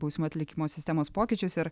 bausmių atlikimo sistemos pokyčius ir